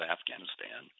Afghanistan